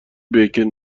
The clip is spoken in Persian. بیکن